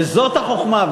וזאת החוכמה,